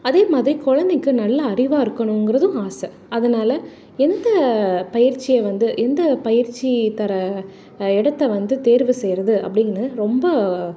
அதே மாதிரி குழந்தைக்கு நல்ல அறிவாக இருக்கணுங்கிறதும் ஆசை அதனால எந்த பயிற்சியை வந்து எந்த பயிற்சி தர இடத்த வந்து தேர்வு செய்யறது அப்படின்னு ரொம்ப